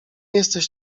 jesteś